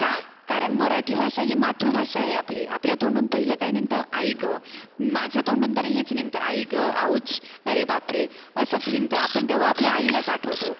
का कारण मराठी भाषा ही मातृभाषा आहे आपली आपल्या तोंडून पहिलं काय निघतं आई गं माझ्या तोंडून तर हेच निघतं आई गं आऊच अरे बाप रे असंच निघतं आपण तेव्हा आपल्या आईलाच आठवतो